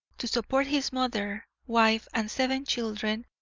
to support his mother, wife, and seven children,